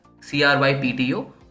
C-R-Y-P-T-O